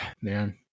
man